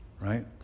Right